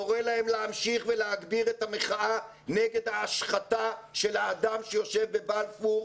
קורא להם להמשיך ולהגביר את המחאה נגד ההשחתה של האדם שיושב בבלפור